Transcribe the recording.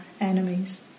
enemies